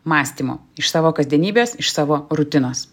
mąstymo iš savo kasdienybės iš savo rutinos